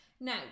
Now